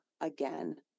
again